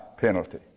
penalty